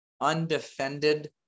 undefended